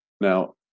Now